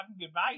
goodbye